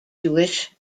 jewish